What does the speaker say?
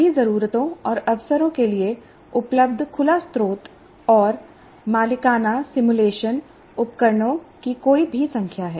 सभी जरूरतों और अवसरों के लिए उपलब्ध खुला स्त्रोत और मालिकाना सिमुलेशन उपकरणों की कोई भी संख्या है